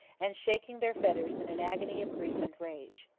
and shaking their fetters in an agony of grief and rage.